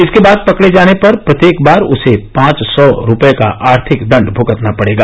इसके बाद पकड़े जाने पर प्रत्येक बार उसे पांच सौ रुपए का आर्थिक दंड भुगतना होगा